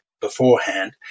beforehand